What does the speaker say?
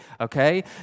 okay